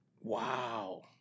Wow